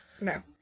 No